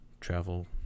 travel